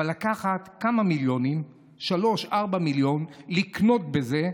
לקחת כמה מיליונים, 4-3 מיליונים, לקנות בהם